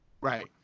Right